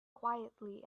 quietly